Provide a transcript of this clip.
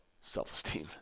self-esteem